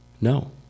no